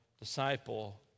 disciple